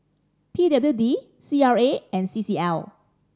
P W D C R A and C C L